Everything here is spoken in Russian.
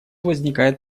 возникает